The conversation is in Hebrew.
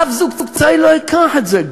אף זוג צעיר לא ייקח את זה.